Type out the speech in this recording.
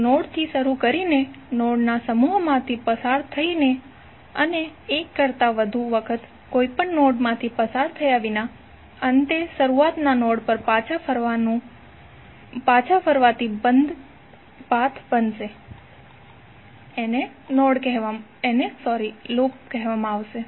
એક નોડથી શરૂ કરીને નોડ્સના સમૂહમાંથી પસાર થઈને અને એક કરતા વધુ વખત કોઈપણ નોડમાંથી પસાર થયા વિના અંતે શરૂઆતના નોડ પર પાછા ફરવાથી બનેલ બંધ પાથ